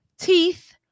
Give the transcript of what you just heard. teeth